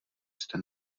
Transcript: jste